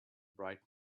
bright